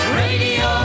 radio